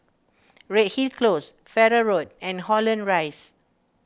Redhill Close Farrer Road and Holland Rise